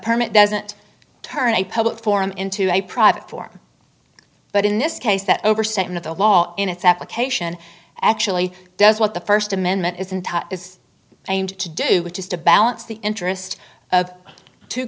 permit doesn't turn a public forum into a private form but in this case that oversight of the law in its application actually does what the first amendment isn't is aimed to do which is to balance the interests of two